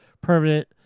permanent